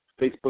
Facebook